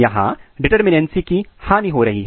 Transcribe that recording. यहां डिटरमिनएनसी की हानि हो रही है